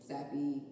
Sappy